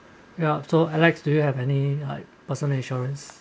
you are so alex do you have any personal insurance